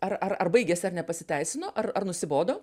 ar ar ar baigėsi ar nepasiteisino ar ar nusibodo